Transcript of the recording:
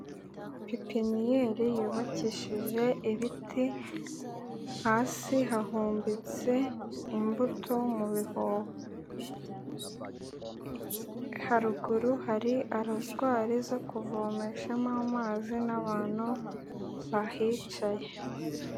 Ppiniyeri yubakishije ibiti, hasi hahumbitse imbuto, haruguru hari aruzwari zo kuvomeshamo amazi n'abantu bahicaye.